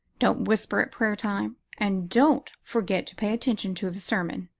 don't whisper at prayer time, and don't forget to pay attention to the sermon.